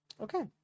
okay